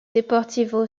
deportivo